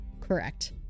Correct